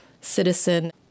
citizen